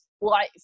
life